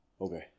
Okay